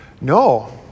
No